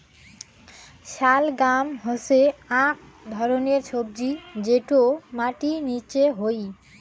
শালগাম হসে আক ধরণের সবজি যটো মাটির নিচে হই